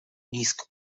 nisko